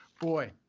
Boy